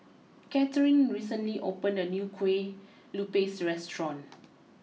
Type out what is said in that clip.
Katharyn recently opened a new Kueh Lupis restaurant